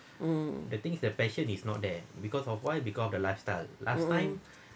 um um hmm